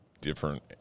Different